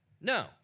no